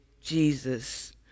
Jesus